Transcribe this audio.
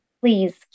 please